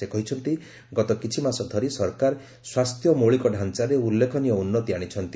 ସେ କହିଛନ୍ତି ଗତ କିଛିମାସ ଧରି ସରକାର ସ୍ୱାସ୍ଥ୍ୟ ମୌଳିକ ଢାଞ୍ଚାରେ ଉଲ୍ଲ୍ଫେଖନୀୟ ଉନ୍ନତି ଆଣିଛନ୍ତି